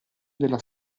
della